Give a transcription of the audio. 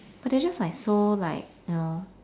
but they just like so like you know